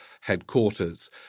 headquarters